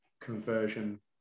conversion